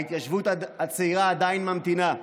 ההתיישבות הצעירה עדיין ממתינה,